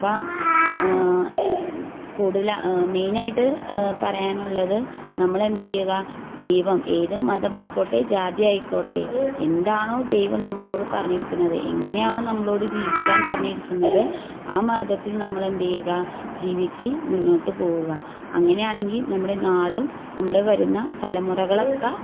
അപ്പം കൂടുതൽ മെയിനായിട്ട് പറയാനുള്ളത് നമ്മളെന്ത് ചെയ്യുക ദൈവം ഏതും മതമായിക്കോട്ടെ ജാതിയായിക്കോട്ടെ എന്താണോ ദൈവം നമ്മളോട് പറഞ്ഞിരിക്കുന്നത് എങ്ങനെയാണോ നമ്മളോട് ജീവിക്കാൻ പറഞ്ഞിരിക്കുന്നത് ആ മാർഗ്ഗത്തിൽ നമ്മളെന്ത് ചെയ്യുക ജീവിച്ച് മുന്നോട്ടുപോവുക അങ്ങനെയാണെങ്കിൽ നമ്മുടെ നാടും നമ്മുടെ വരുന്ന തലമുറകളൊക്കെ